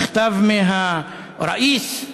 מכתב מהראיס,